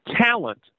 talent